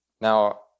Now